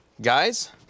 guys